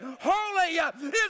holy